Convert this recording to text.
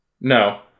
No